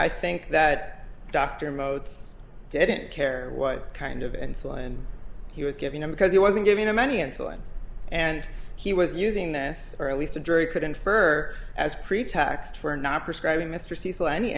i think that dr moats didn't care what kind of and so and he was giving them because he wasn't giving them any insulin and he was using this or at least the jury could infer as pretext for not prescribing mr cecil any